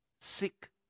sick